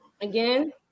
again